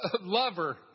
lover